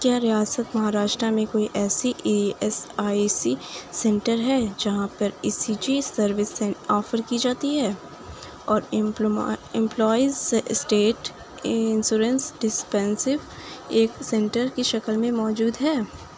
کیا ریاست مہاراشٹرا میں کوئی ایسی E S I C centre ہے جہاں پر E C G servicing offer کی جاتی ہیں اور امپلاما امپلائیز اسٹیٹ انشورنس ڈسپنسیو ایک سینٹر کی شکل میں موجود ہے